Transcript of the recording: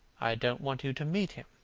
i don't want you to meet him.